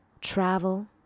travel